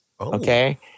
okay